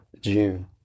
june